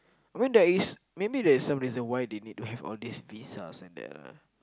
I mean there is maybe there is some reason why they need to have all these visas and that lah